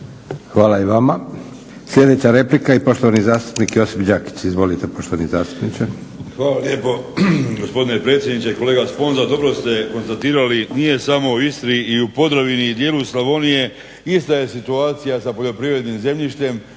Hvala i vama. Sljedeća replika i poštovani zastupnik Josip Đakić. Izvolite poštovani zastupniče. **Đakić, Josip (HDZ)** Hvala lijepo gospodine predsjedniče. Kolega Sponza dobro ste konstatirali nije samo u Istri, i u Podravini i dijelu Slavonije ista je situacija sa poljoprivrednim zemljištem.